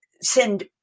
send